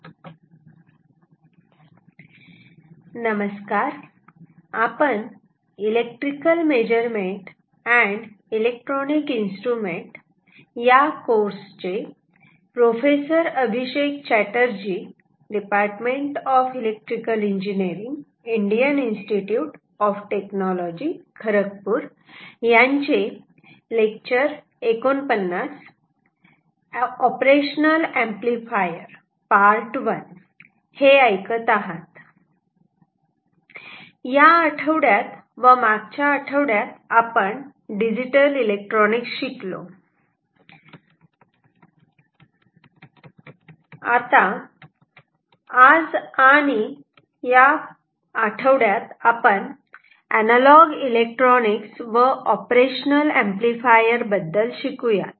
background operational amplifier I नमस्कार या आठवड्यात व मागच्या आठवड्यात आपण डिजिटल इलेक्ट्रॉनिक्स शिकलो आज आणि या आठवड्यात आपण अनालॉग इलेक्ट्रॉनिक्स व ऑपरेशनल ऍम्प्लिफायर बद्दल शिकू यात